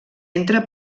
entra